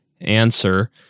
answer